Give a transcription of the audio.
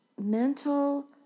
mental